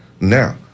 Now